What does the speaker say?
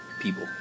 people